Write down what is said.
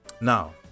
Now